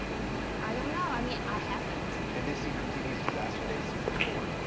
no, i don't know. i mean, i haven't. did they see mtv's disaster date season four?